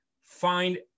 find